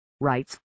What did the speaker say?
rights